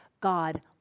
God